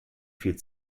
viel